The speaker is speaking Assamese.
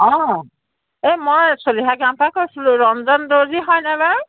অঁ এই মই চলিহা গাঁৱৰ পৰা কৈছিলোঁ ৰঞ্জন দৰ্জী হয়নে বাৰু